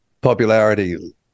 popularity